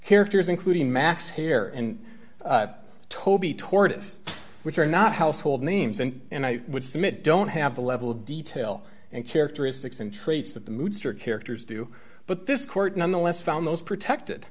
characters including max here and toby tortoise which are not household names and and i would submit don't have the level of detail and characteristics and traits that the moods are characters do but this court nonetheless found most protected